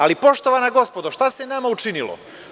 Ali, poštovana gospodo šta se nama učinilo?